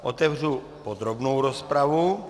Otevřu podrobnou rozpravu.